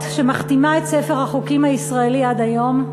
שמכתימה את ספר החוקים הישראלי עד היום,